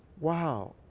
wow.